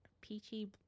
peachy